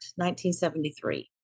1973